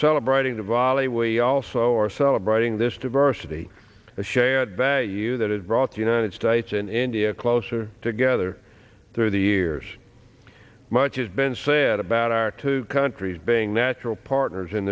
celebrating the volley we also are celebrating this diversity of shared value that it brought the united states in india closer together through the years much has been said about our two countries being natural partners in